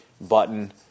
button